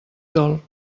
dol